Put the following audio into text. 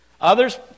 Others